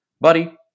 buddy